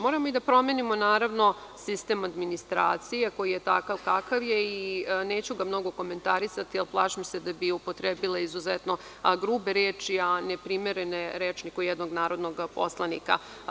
Moramo da promenimo sistem administracije koji je takav kakav je i neću ga mnogo komentarisati, jer plašim se da bi upotrebila izuzetno grube reči, neprimerene rečniku jednog narodnog poslanika.